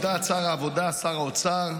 על דעת שר העבודה, שר האוצר,